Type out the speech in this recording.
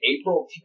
April